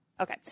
Okay